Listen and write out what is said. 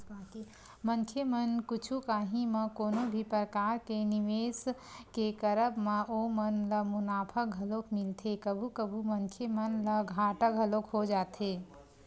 मनखे मन कुछु काही म कोनो भी परकार के निवेस के करब म ओमन ल मुनाफा घलोक मिलथे कभू कभू मनखे मन ल घाटा घलोक हो जाथे